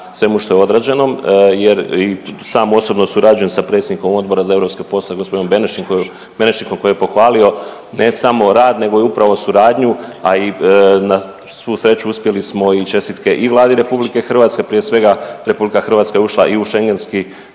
svemu što je odrađenom jer i sam osobno surađujem sa predsjednikom Odbora za europske poslove g. Benešikom koji je pohvalio ne samo rad nego i upravo suradnju, a i na svu sreću uspjeli smo i čestitke i Vladi RH, prije svega RH je ušla i u Schengenski